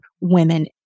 women